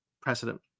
precedent